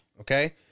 Okay